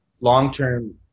long-term